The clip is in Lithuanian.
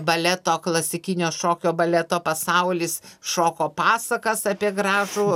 baleto klasikinio šokio baleto pasaulis šoko pasakas apie gražų